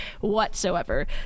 whatsoever